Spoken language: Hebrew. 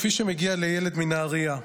כפי שמגיע לילד מנהריה,